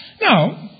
Now